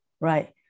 right